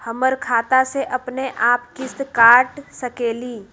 हमर खाता से अपनेआप किस्त काट सकेली?